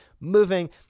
moving